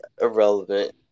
Irrelevant